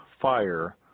fire